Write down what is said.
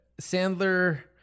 Sandler